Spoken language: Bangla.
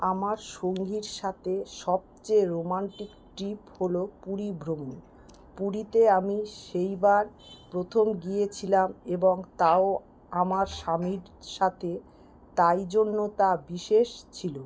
আমার সঙ্গীর সাথে সবচেয়ে রোমান্টিক ট্রিপ হল পুরী ভ্রমণ পুরীতে আমি সেইবার প্রথম গিয়েছিলাম এবং তাও আমার স্বামীর সাথে তাই জন্য তা বিশেষ ছিল